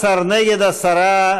18, נגד, 10,